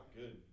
good